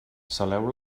saleu